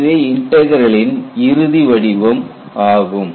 இதுவே இன்டக்ரலின் இறுதி வடிவம் ஆகும்